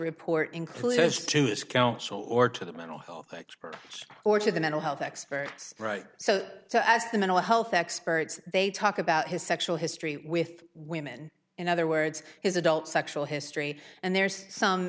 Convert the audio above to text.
report includes to this council or to the mental health experts or to the mental health experts right so i asked the mental health experts they talk about his sexual history with women in other words his adult sexual history and there's some